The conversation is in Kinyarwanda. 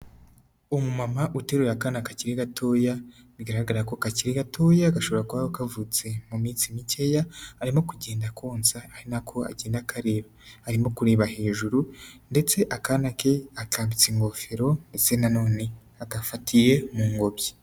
Umumama uteruyegana akana kacyiri gatoya, bigaragara ko kakiri gatoya, gashobora kuba kavutse mu minsi mikeya, arimo kugenda konsa, ari nako agenda akareba, arimo kureba hejuru ndetse akana ke, akambitse ingofero ndetse nanone agafatiye mu ngobyi.